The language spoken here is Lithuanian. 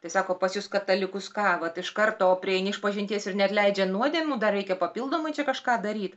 tai sako pas jus katalikus ką vat iš karto prieini išpažinties ir neatleidžia nuodėmių dar reikia papildomai čia kažką daryt